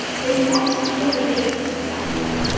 they met me in the day of success,